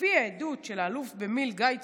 שלפי העדות של האלוף במיל' גיא צור,